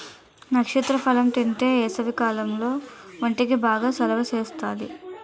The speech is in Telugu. నక్షత్ర ఫలం తింతే ఏసవికాలంలో ఒంటికి బాగా సలవ సేత్తాది